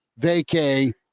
vacay